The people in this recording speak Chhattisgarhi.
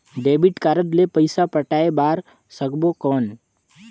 डेबिट कारड ले पइसा पटाय बार सकबो कौन?